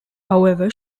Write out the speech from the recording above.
however